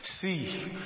see